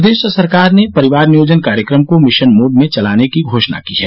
प्रदेश सरकार ने परिवार नियोजन कार्यक्रम को मिशन मोड में चलाने की घोषणा की है